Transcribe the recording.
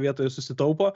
vietoj susitaupo